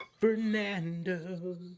Fernando